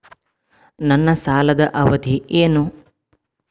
ನನ್ನ ಸಾಲದ ಅವಧಿ ಏನು?